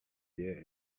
their